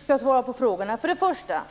Herr talman! Jag tycker att Annika Åhnberg skall svara på frågorna.